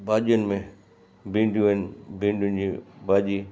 भाॼियुनि में भिंडियूं आहिनि भिंडियूं जी भाॼी